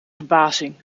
verbazing